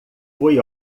foi